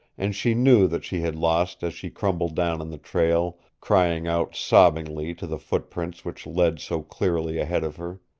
and she knew that she had lost as she crumpled down in the trail, crying out sobbingly to the footprints which led so clearly ahead of her.